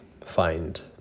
find